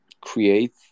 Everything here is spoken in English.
create